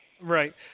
Right